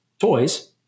toys